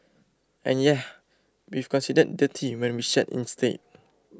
and yeah we've considered dirty when we shed instead